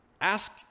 ask